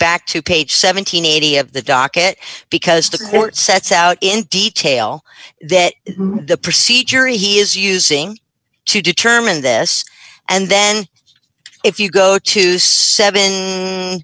back to page seven hundred and eighty of the docket because the court sets out in detail that the procedure he is using to determine this and then if you go to seven